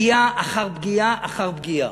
פגיעה אחר פגיעה אחר פגיעה.